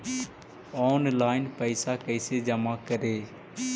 Online पैसा कैसे जमा करे?